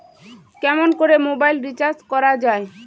কেমন করে mobile recharge করা য়ায়?